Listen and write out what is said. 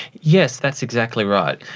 yes, that's exactly right.